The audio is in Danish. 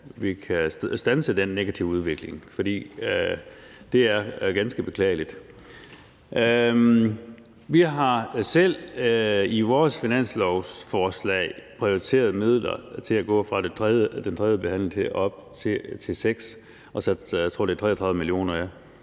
vi kan standse den negative udvikling, for det er ganske beklageligt. Vi har selv i vores finanslovsforslag prioriteret midler til at gå fra den tredje behandling op til seks behandlinger og